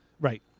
Right